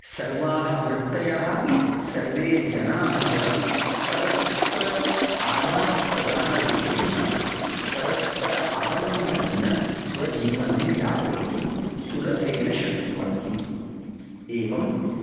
सर्वाः वृत्तयः सर्वे जनाः च परस्पर आधानप्रधानरूपेण परस्पर आवलम्बनेन स्वजीवनं यापयितुं सुलभेन शक्नुवन्ति एवम्